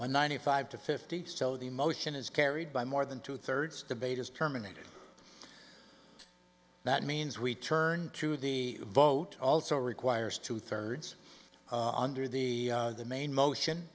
one ninety five to fifty so the motion is carried by more than two thirds debate is terminated that means we turn to the vote also requires two thirds of under the the main motion